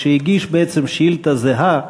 שהגיש בעצם שאילתה זהה,